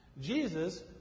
Jesus